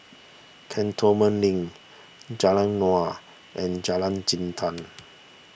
Cantonment Link Jalan Naung and Jalan Jintan